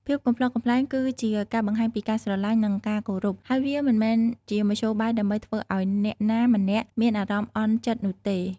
ភាពកំប្លុកកំប្លែងគឺជាការបង្ហាញពីការស្រលាញ់និងការគោរព ហើយវាមិនមែនជាមធ្យោបាយដើម្បីធ្វើឱ្យអ្នកណាម្នាក់មានអារម្មណ៍អន់ចិត្តនោះទេ។